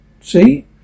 See